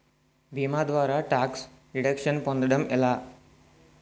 భీమా ద్వారా tax deduction పొందటం ఎలా?